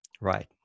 Right